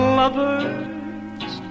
lovers